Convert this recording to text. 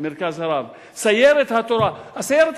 "מרכז הרב" סיירת התורה.